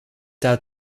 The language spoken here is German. der